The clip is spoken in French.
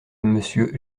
monsieur